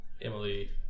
Emily